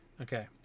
Okay